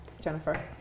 Jennifer